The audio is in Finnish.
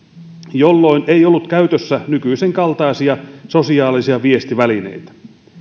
jolloin ei ollut käytössä nykyisenkaltaisia sosiaalisia viestivälineitä